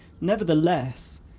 nevertheless